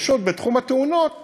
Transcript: פשוט בתחום התאונות